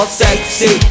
sexy